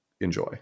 enjoy